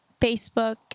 Facebook